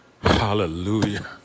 Hallelujah